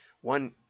One